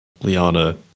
Liana